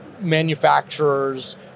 manufacturers